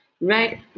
right